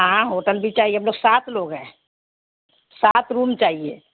ہاں ہوٹل بھی چاہیے ہم لوگ سات لوگ ہیں سات روم چاہیے